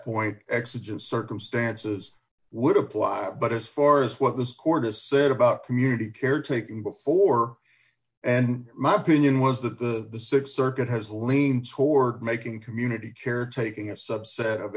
exigent circumstances would apply but as far as what this court has said about community care taken before and my opinion was that the th circuit has leaned toward making community care taking a subset of